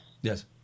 Yes